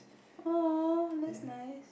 !aw! that's nice